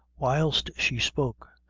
whilst she spoke,